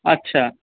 আচ্ছা